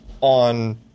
on